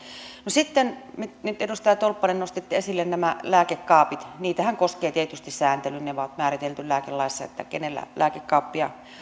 edustaja tolppanen nostitte esille lääkekaapit niitähän koskee tietysti sääntely eli se on määritelty lääkelaissa kenellä lääkekaappiin